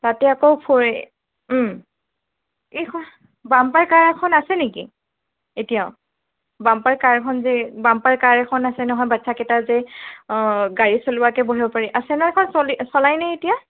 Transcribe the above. তাতে আকৌ এইখন বাম্পাৰ কাৰ এখন আছে নেকি এতিয়াওঁ বাম্পাৰ কাৰ এখন যে বাম্পাৰ কাৰ এখন আছে নহয় বাচ্ছা কেইটা যে অঁ গাড়ী চলোৱাকে বহিব পাৰি আছে নহয় সেইখন চলে চলাই নে এতিয়া